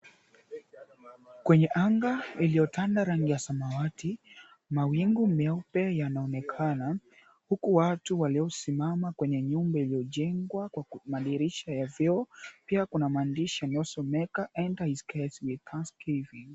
Kwenye anga iliyotanda rangi ya samawati, mawingu meupe yanaonekana. Huku watu waliosimama kwenye nyumba iliyojengwa kwa madirisha ya vioo. Pia kuna maandishi yaliyosomeka, Enter his Gates with Thanksgiving.